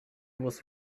was